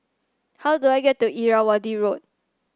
how do I get to Irrawaddy Road